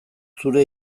zure